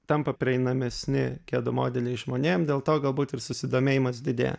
tampa prieinamesni kedų modeliai žmonėm dėl to galbūt ir susidomėjimas didėja